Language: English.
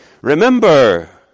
Remember